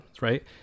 right